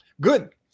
Good